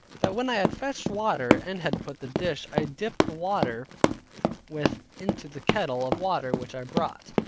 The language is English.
that when i had fetched water, and had put the dish i dipped the water with into the kettle of water which i brought,